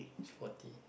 is forty